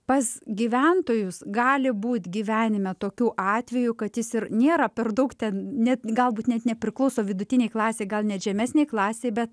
pas gyventojus gali būt gyvenime tokių atvejų kad jis ir nėra per daug ten net galbūt net nepriklauso vidutinei klasei gal net žemesnei klasei bet